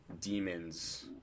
demons